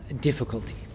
difficulty